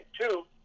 Two